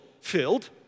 filled